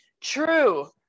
true